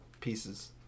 pieces